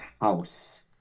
house